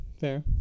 fair